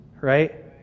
right